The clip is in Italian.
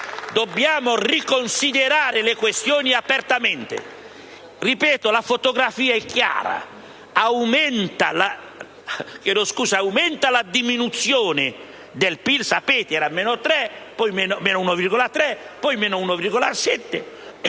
Dobbiamo riconsiderare le questioni apertamente. La fotografia è chiara: cresce la diminuzione del PIL (come sapete, era a meno 1,3, poi a meno 1,7,